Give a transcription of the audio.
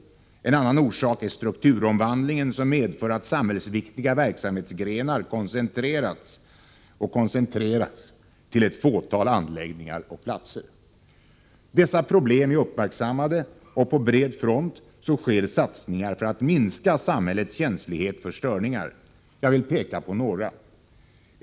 En annan orsak är strukturomvandlingen som medför att samhällsviktiga verksamhetsgrenar koncentreras till ett fåtal anläggningar och platser. Dessa problem är uppmärksammade och på bred front sker satsningar på att minska samhällets känslighet för störningar. Jag vill peka på några.